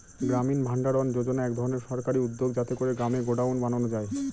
গ্রামীণ ভাণ্ডারণ যোজনা এক ধরনের সরকারি উদ্যোগ যাতে করে গ্রামে গডাউন বানানো যায়